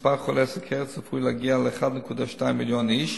מספר חולי הסוכרת צפוי להגיע ל-1.2 מיליון איש,